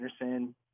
Anderson